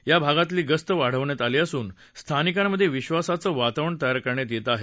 या भागातली गस्त वाढवण्यात आली असून स्थानिकांमधे विश्वासाचं वातावरण तयार करण्यात येत आहे